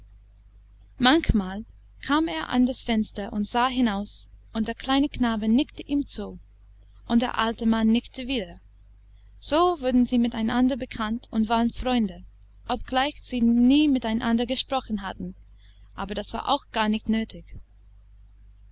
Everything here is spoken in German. manchmal kam er an das fenster und sah hinaus und der kleine knabe nickte ihm zu und der alte mann nickte wieder so wurden sie mit einander bekannt und waren freunde obgleich sie nie mit einander gesprochen hatten aber das war auch gar nicht nötig